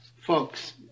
folks